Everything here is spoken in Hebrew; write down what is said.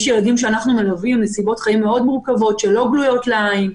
יש ילדים עם נסיבות חיים מאוד מורכבות שאינן גלויות לעין,